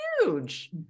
huge